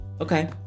okay